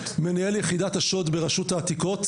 מנהל יחידת השוד ברשות העתיקות,